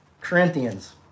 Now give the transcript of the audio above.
Corinthians